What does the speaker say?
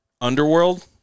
Underworld